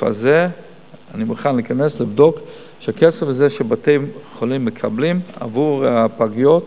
אני מוכן להיכנס ולבדוק שהכסף הזה שבתי-החולים מקבלים עבור הפגיות,